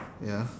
ya